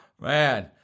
Man